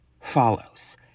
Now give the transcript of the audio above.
follows